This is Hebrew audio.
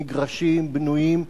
מגרשים בנויים,